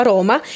Roma